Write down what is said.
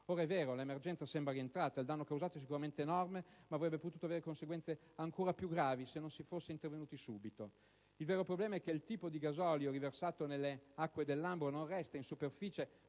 Ora, è vero, l'emergenza sembra rientrata: il danno causato è sicuramente enorme, ma avrebbe potuto avere conseguenze ancora più gravi se non si fosse intervenuti subito. Il vero problema è che il tipo di gasolio riversato nelle acque del Lambro non resta solo in superficie,